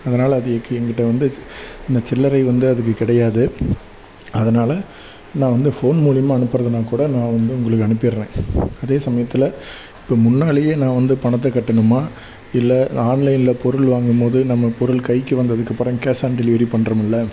அதனால அதுக்கு என்கிட்ட வந்து இந்த சில்லறை வந்து அதுக்கு கிடையாது அதனால நான் வந்து ஃபோன் மூலிமா அனுப்புறதுனா கூட நான் வந்து உங்களுக்கு அனுப்பிடுறேன் அதே சமயத்தில் இப்போ முன்னாலேயே நான் வந்து பணத்தை கட்டணுமா இல்லை ஆன்லைனில் பொருள் வாங்கும்போது நம்ம பொருள் கைக்கு வந்ததுக்கு அப்புறம் கேஷ் ஆன் டெலிவரி பண்றோமுல்ல